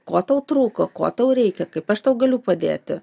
ko tau trūko ko tau reikia kaip aš tau galiu padėti